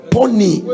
Pony